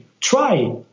Try